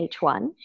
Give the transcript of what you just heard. H1